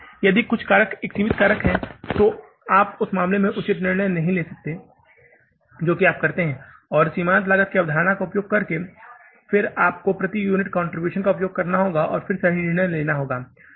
इसलिए यदि कुछ कारक एक सीमित कारक है तो आप उस मामले में उचित निर्णय नहीं ले सकते हैं जो आप कर सकते हैं और सीमांत लागत की अवधारणा का उपयोग कर सकते हैं और फिर आपको प्रति यूनिट कंट्रीब्यूशन का उपयोग करना होगा और फिर निर्णय को सही लेना होगा